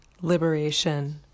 liberation